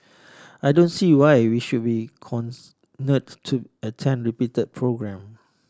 I don't see why we should be to attend repeat programme